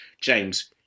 james